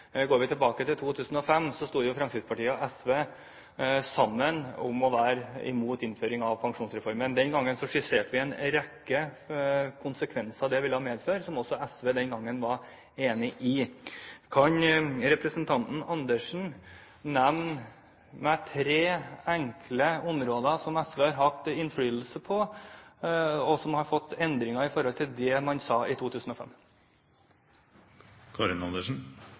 Går vi tilbake til 2005, sto jo Fremskrittspartiet og SV sammen om å være imot innføringen av pensjonsreformen, og vi skisserte en rekke konsekvenser det ville få, som også SV var enig i den gangen. Kan representanten Andersen nevne tre enkle områder som SV har hatt innflytelse på, og som har blitt endret i forhold til det man sa i